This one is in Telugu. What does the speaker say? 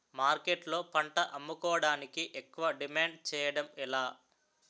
మార్కెట్లో పంట అమ్ముకోడానికి ఎక్కువ డిమాండ్ చేయడం ఎలా?